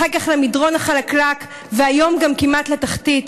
אחר כך למדרון החלקלק והיום גם כמעט לתחתית,